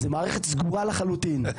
זה מערכת סגורה לחלוטין,